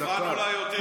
את אולי יותר.